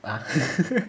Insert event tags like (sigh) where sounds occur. ah (laughs)